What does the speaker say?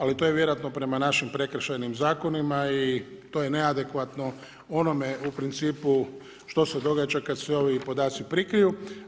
Ali to je vjerojatno prema našim prekršajnim zakonima i to je neadekvatno onome u principu što se događa kada se ovi podaci prikriju.